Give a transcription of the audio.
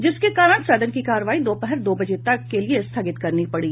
जिसके कारण सदन की कार्यवाही दोपहर दो बजे तक स्थगित करनी पड़ी